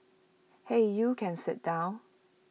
hey you can sit down